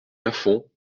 lafond